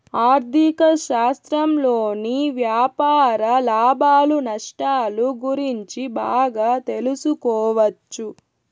ఆర్ధిక శాస్త్రంలోని వ్యాపార లాభాలు నష్టాలు గురించి బాగా తెలుసుకోవచ్చు